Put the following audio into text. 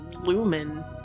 Lumen